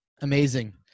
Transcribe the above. Amazing